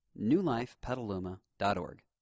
newlifepetaluma.org